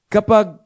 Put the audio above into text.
Kapag